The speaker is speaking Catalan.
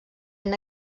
han